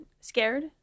scared